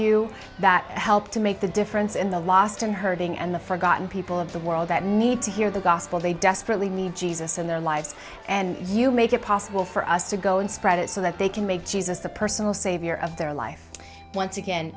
you that help to make the difference in the lost and hurting and the forgotten people of the world that need to hear the gospel they desperately need jesus in their lives and you make it possible for us to go and spread it so that they can make jesus the personal savior of their life once again